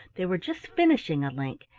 they were just finishing a link,